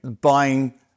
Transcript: buying